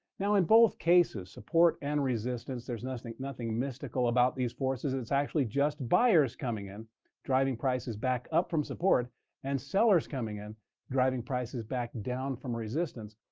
now, in both cases, support and resistance, there's nothing nothing mystical about these forces. it's actually just buyers coming in driving prices back up from support and sellers coming in driving prices back down from resistance.